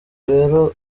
rero